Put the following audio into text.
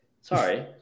Sorry